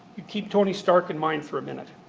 keep tony stark in mind for a minute.